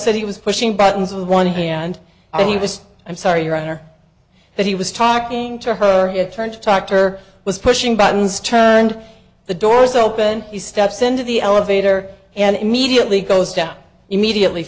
said he was pushing buttons with one hand and he was i'm sorry your honor that he was talking to her turn to talk to her was pushing buttons turned the door's open he steps into the elevator and immediately goes down immediately